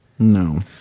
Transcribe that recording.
No